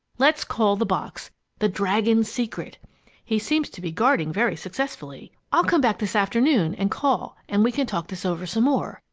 let's call the box the dragon's secret he seems to be guarding very successfully! i'll come back this afternoon and call, and we can talk this over some more.